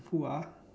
who ah